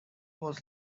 was